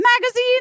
Magazine